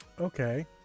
okay